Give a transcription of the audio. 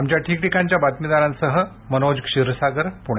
आमच्या ठिकठिकाणच्या बातमीदारांसह मनोज क्षीरसागर पुणे